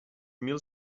mil